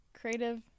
creative